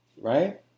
right